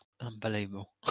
Unbelievable